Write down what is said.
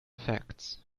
facts